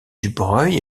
dubreuil